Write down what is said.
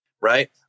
right